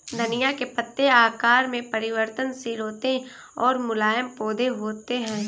धनिया के पत्ते आकार में परिवर्तनशील होते हैं और मुलायम पौधे होते हैं